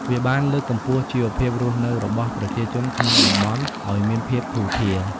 វាបានលើកកម្ពស់ជីវភាពរស់នៅរបស់ប្រជាជនក្នុងតំបន់ឱ្យមានភាពធូរធារ។